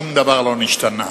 שום דבר לא נשתנה.